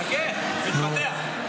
חכה, זה מתפתח.